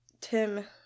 Tim